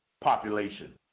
population